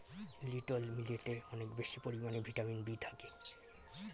little মিলেটে অনেক বেশি পরিমাণে ভিটামিন বি থাকে